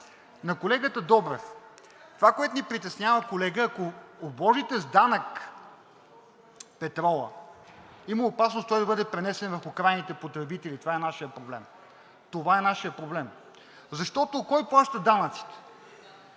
На колегата Добрев. Това, което ни притеснява, колега, е, че ако обложите с данък петрола, има опасност той да бъде пренесен върху крайните потребители – това е нашият проблем. Това е нашият проблем, защото кой плаща данъците?